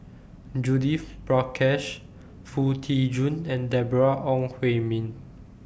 Judith Prakash Foo Tee Jun and Deborah Ong Hui Min